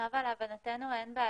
נאוה, להבנתנו אין בעיה.